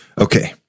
Okay